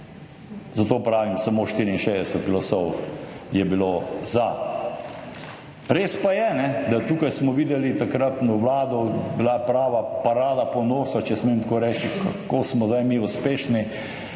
zato pravim, samo 64 glasov je bilo za. Res pa je, da tukaj smo videli takratno Vlado, bila je prava parada ponosa, če smem tako reči, kako smo zdaj mi uspešni